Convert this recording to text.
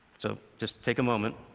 so, just take a moment.